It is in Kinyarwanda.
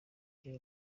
kiri